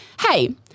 hey